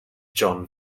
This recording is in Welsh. john